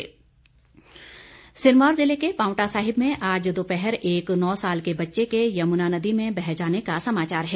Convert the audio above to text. दुर्घटना सिरमौर जिले के पांवटा साहिब में आज दोपहर एक नौ साल के बच्चे के यमुना नदी में बह जाने का समाचार है